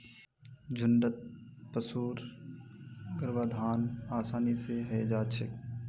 झुण्डत पशुर गर्भाधान आसानी स हई जा छेक